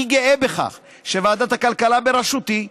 אני גאה בכך שוועדת הכלכלה בראשותי,